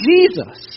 Jesus